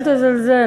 אל תזלזל,